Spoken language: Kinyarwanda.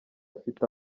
afite